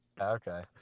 okay